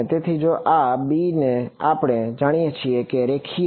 તેથી જો આ b છે અને આપણે જાણીએ છીએ કે તે રેખીય છે